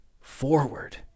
forward